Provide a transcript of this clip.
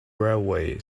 railway